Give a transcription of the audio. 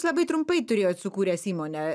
labai trumpai turėjot sukūręs įmonę